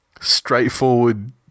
straightforward